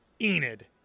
Enid